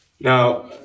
Now